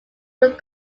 would